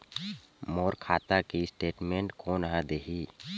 मोर खाता के स्टेटमेंट कोन ह देही?